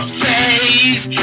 face